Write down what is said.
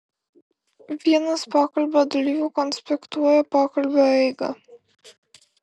vienas pokalbio dalyvių konspektuoja pokalbio eigą